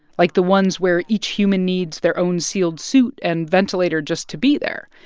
like the ones where each human needs their own sealed suit and ventilator just to be there.